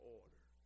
order